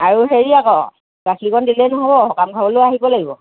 আৰু হেৰি আকৌ গাখীৰকণ দিলেই নহ'ব সকাম খাবলৈও আহিব লাগিব